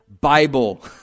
Bible